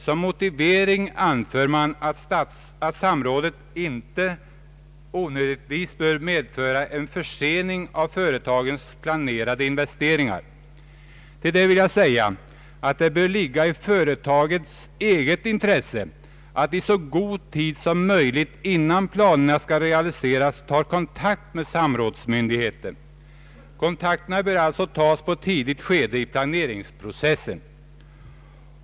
Som motivering anför man att samrådet inte onödigtvis bör medföra en försening av företagens planerade investeringar. Till detta vill jag säga att det bör ligga i företagens eget intresse att i så god tid som möjligt innan planerna skall realiseras ta kontakt med samrådsmyndigheten. Kontakterna bör alltså tas på ett tidigt skede i planeringsprocessen.